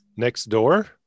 Nextdoor